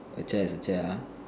a chair is a chair ah